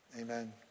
Amen